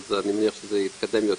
אז אני מניח שזה יתקדם יותר.